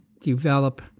develop